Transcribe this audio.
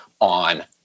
on